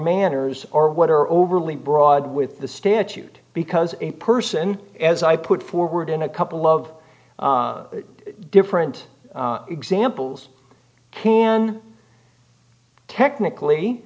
manners or whatever overly broad with the statute because a person as i put forward in a couple of different examples can technically